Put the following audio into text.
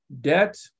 debt